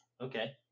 Okay